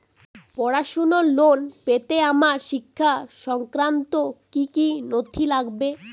পড়াশুনোর লোন পেতে আমার শিক্ষা সংক্রান্ত কি কি নথি লাগবে?